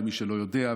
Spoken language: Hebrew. למי שלא יודע,